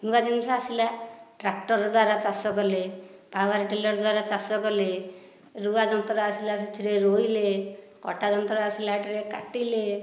ନୂଆ ଜିନିଷ ଆସିଲା ଟ୍ରାକ୍ଟର ଦ୍ଵାରା ଚାଷ କଲେ ପାୱାରଟିଲର ଦ୍ବାରା ଚାଷ କଲେ ରୁଆ ଯନ୍ତ୍ର ଆସିଲା ସେଥିରେ ରୋଇଲେ କଟାଜନ୍ତ୍ର ଆସିଲା ସେଥିରେ କାଟିଲେ